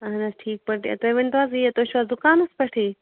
اَہن حظ ٹھیٖک پٲٹھۍ تُہۍ ؤنۍتَو حظ یہِ تُہۍ چھِو حظ دُکانَس پیٹھٕے